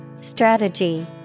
Strategy